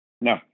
No